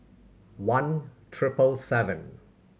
one triple seven